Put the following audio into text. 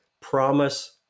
promise